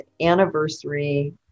anniversary